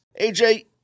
AJ